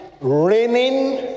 Raining